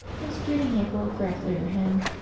and strewed a handful of grass over him.